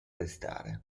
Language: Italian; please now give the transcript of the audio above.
restare